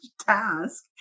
task